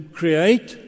create